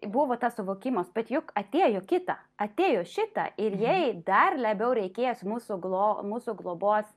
buvo tas suvokimas bet juk atėjo kita atėjo šita ir jai dar labiau reikės mūsų glo mūsų globos